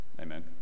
Amen